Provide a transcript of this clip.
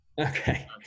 Okay